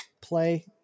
play